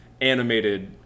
animated